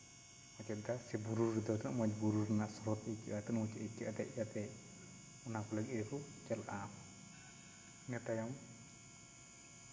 ᱚᱡᱳᱫᱽᱫᱷᱟ ᱥᱮ ᱵᱩᱨᱩ ᱨᱮᱫᱚ ᱢᱚᱡᱽ ᱵᱩᱨᱩ ᱨᱮᱱᱟᱜ ᱥᱨᱳᱛ ᱟᱹᱭᱠᱟᱹᱜᱼᱟ ᱛᱤᱱᱟᱹᱜ ᱢᱚᱡᱽ ᱟᱹᱭᱠᱟᱹᱜᱼᱟ ᱫᱮᱡ ᱠᱟᱛᱮᱫ ᱚᱱᱟ ᱠᱚ ᱞᱟᱹᱜᱤᱫ ᱦᱚᱸᱠᱚ ᱪᱟᱞᱟᱜᱼᱟ ᱤᱱᱟᱹ ᱛᱟᱭᱚᱢ